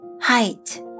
height